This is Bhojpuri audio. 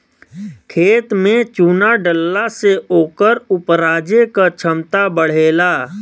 खेत में चुना डलला से ओकर उपराजे क क्षमता बढ़ेला